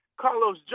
Carlos